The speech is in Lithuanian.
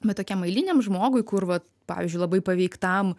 bet tokiam eiliniam žmogui kur vat pavyzdžiui labai paveiktam